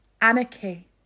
Anarchy